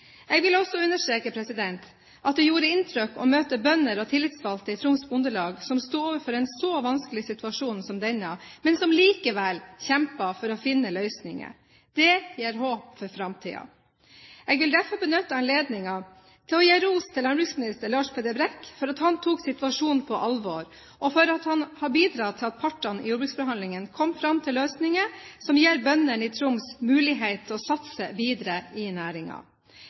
Jeg vil også understreke at det gjorde inntrykk å møte bønder og tillitsvalgte i Troms Bondelag, som sto overfor en så vanskelig situasjon som denne, men som likevel kjempet for å finne løsninger. Det gir håp for framtida. Jeg vil benytte anledningen til å gi ros til landbruksminister Lars Peder Brekk for at han tok situasjonen på alvor, og for at han har bidratt til at partene i jordbruksforhandlingene kom fram til løsninger som gir bøndene i Troms mulighet til å satse videre i